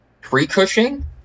pre-Cushing